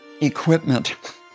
equipment